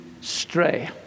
stray